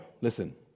Listen